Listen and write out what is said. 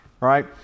Right